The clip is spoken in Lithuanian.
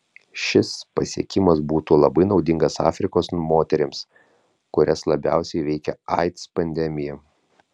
šis pasiekimas būtų labai naudingas afrikos moterims kurias labiausiai veikia aids pandemija